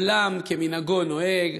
עולם כמנהגו נוהג,